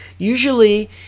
Usually